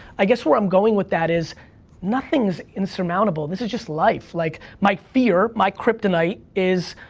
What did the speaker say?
i guess where i'm going with that is nothing is insurmountable, this is just life. like, my fear, my kryptonite, is.